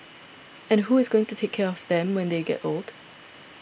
and who is going to take care of them when they get old